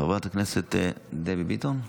חברת הכנסת דבי ביטון.